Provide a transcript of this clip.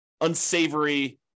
unsavory